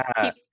keep